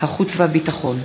החוץ והביטחון.